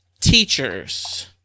teachers